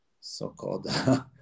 so-called